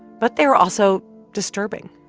but they were also disturbing.